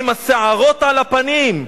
עם השערות על הפנים,